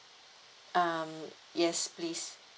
um yes please